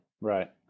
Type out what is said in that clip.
Right